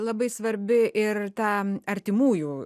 labai svarbi ir ten artimųjų